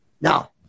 No